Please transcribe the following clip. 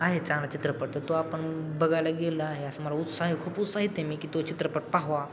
आहे चांगलं चित्रपट तर तो आपण बघायला गेला आहे असं मला उत्साह खूप उत्साहीत आहे मी की तो चित्रपट पाहावा